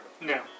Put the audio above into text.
No